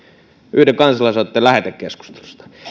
yhden kansalaisaloitteen lähetekeskustelussa ja